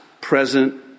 present